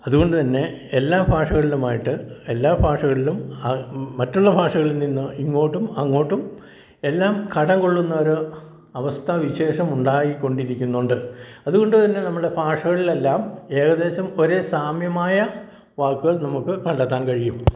അതുകൊണ്ട് തന്നെ എല്ലാ ഭാഷകളിലുമായിട്ട് എല്ലാ ഭാഷകളിലും മറ്റുള്ള ഭാഷകളിൽ നിന്ന് ഇങ്ങോട്ടും അങ്ങോട്ടും എല്ലാം കടം കൊള്ളുന്നൊരു അവസ്ഥാ വിശേഷം ഉണ്ടായികൊണ്ടിരിക്കുന്നുണ്ട് അതുകൊണ്ട് തന്നെ നമ്മുടെ ഭാഷകളിലെല്ലാം ഏകദേശം ഒരേ സാമ്യമായ വാക്കുകൾ നമുക്ക് കണ്ടെത്താൻ കഴിയും